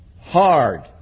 Hard